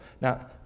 Now